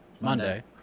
Monday